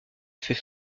fait